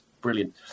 brilliant